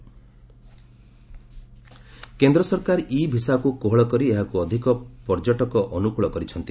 tourist visa କେନ୍ଦ୍ର ସରକାର e ଭିସାକୁ କୋହଳ କରି ଏହାକୁ ଅଧିକ ପର୍ଯ୍ୟଟକ ଅନୁକୂଳ କରିଛନ୍ତି